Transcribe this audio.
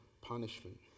punishment